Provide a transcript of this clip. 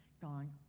gone